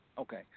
Okay